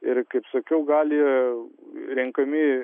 ir kaip sakiau gali renkami